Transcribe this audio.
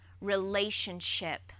relationship